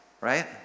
Right